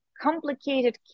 complicated